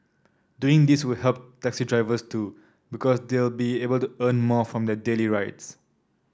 doing this will help taxi drivers too because they'll be able to earn more from their daily rides